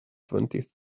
twentieth